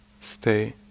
stay